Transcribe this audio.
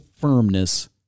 firmness